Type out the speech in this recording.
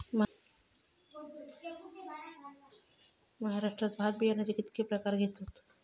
महाराष्ट्रात भात बियाण्याचे कीतके प्रकार घेतत?